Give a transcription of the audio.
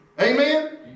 Amen